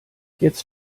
jetzt